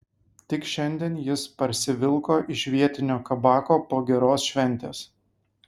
tik šiandien jis parsivilko iš vietinio kabako po geros šventės